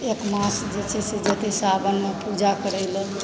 एकमास जे छै से जेतय लोक पूजा करय लए